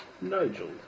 Nigel